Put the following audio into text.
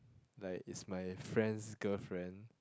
like is my friend's girlfriend